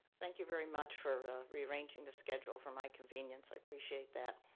thank you very much for rearranging the schedule for my convenience, i appreciate that.